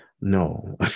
No